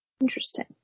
Interesting